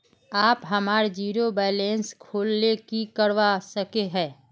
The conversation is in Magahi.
आप हमार जीरो बैलेंस खोल ले की करवा सके है?